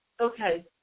Okay